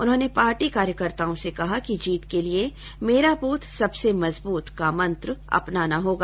उन्होंने पार्टी कार्यकर्ताओं से कहा कि जीत के लिए मेरा बूथ सबसे मजबूत का मंत्र अपनाना होगा